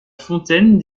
fontaine